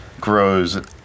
grows